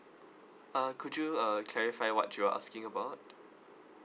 uh could you uh clarify what you are asking about